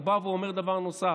הוא בא ואומר דבר נוסף: